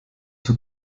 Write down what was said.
zur